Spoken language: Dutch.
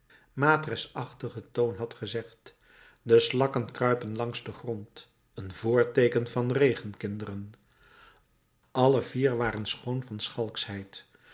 matresachtigen toon gezegd had de slakken kruipen langs den grond een voorteeken van regen kinderen alle vier waren schoon van